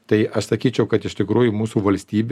tai aš sakyčiau kad iš tikrųjų mūsų valstybė